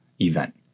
event